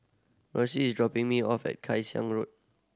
Marcy is dropping me off at Kay Xiang Road